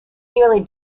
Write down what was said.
nearly